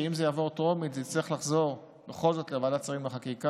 שאם זה יעבור בטרומית זה יצטרך לחזור בכל זאת לוועדת שרים לחקיקה,